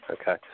Okay